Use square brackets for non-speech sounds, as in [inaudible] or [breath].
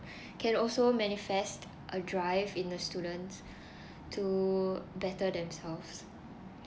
[breath] can also manifest a drive in the students to better themselves